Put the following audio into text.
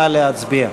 נא להצביע.